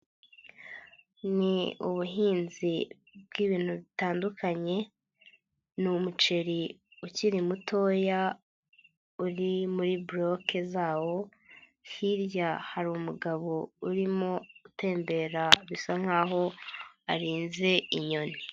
Ni ubuhinzi bw'ibintu bitandukanye, ni umuceri ukiri mutoya uri muri boloke zawo. Hirya hari umugabo urimo gutembera bisa nkaho arinze inyoni.